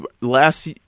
Last